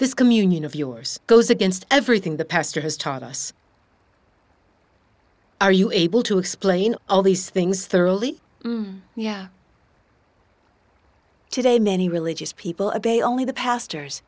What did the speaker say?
this communion of yours goes against everything the pastor has taught us are you able to explain all these things thoroughly yeah today many religious people a day only the pastor